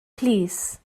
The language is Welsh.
plîs